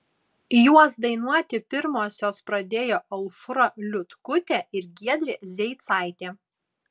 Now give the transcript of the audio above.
juos dainuoti pirmosios pradėjo aušra liutkutė ir giedrė zeicaitė